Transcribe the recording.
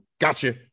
gotcha